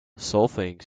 solfaing